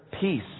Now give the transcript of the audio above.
peace